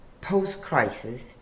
post-crisis